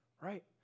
Right